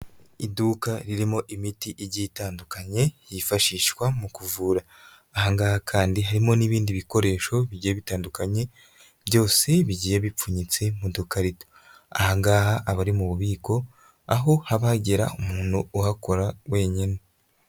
Iduka ririmo imiti igiye itandukanye, yifashishwa mu kuvura. Aha ngaha kandi, harimo n'ibindi bikoresho bigiye bitandukanye, byose bigiye bipfunyitse mu dukarito. Aha ngaha aba ari mu bubiko, aho haba hagera umuntu uhakora wenyine.